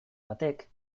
batek